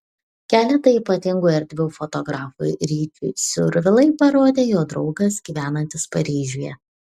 keletą ypatingų erdvių fotografui ryčiui survilai parodė jo draugas gyvenantis paryžiuje